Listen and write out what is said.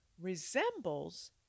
resembles